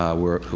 um were